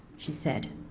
she said.